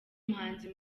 muhanzi